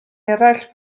eraill